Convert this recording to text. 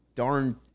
Darn